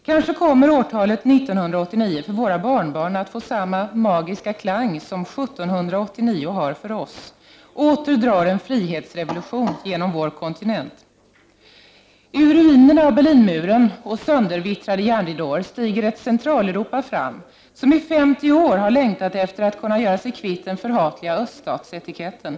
Kanske kommer årtalet 1989 för våra barnbarn att få samma magiska klang som 1789 har för oss. Åter drar en frihetsrevolution genom vår kontinent. Ur ruinerna av Berlinmuren och söndervittrade järnridåer stiger ett Centraleuropa fram, som i 50 år har längtat efter att kunna göra sig kvitt den förhatliga öststatsetiketten.